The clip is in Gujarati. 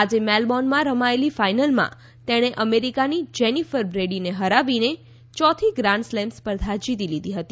આજે મેલબોર્નમાં રમાયેલી ફાઇનલમાં તેણે અમેરિકાની જેનિફર બ્રેડીને હરાવીને ચોથી ગ્રાન્ડસ્લેમ સ્પર્ધા જીતી લીધી હતી